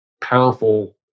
powerful